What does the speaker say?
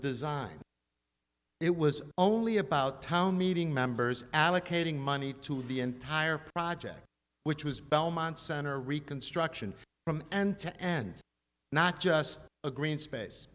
design it was only about town meeting members allocating money to the entire project which was belmont center reconstruction from and to end not just a green space